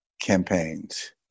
campaigns